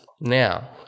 now